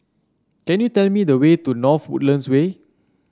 can you tell me the way to North Woodlands Way